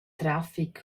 trafic